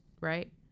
right